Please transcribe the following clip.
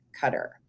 cutter